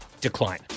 decline